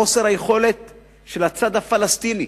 חוסר היכולת של הצד הפלסטיני,